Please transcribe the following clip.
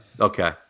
Okay